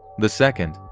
the second,